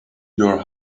your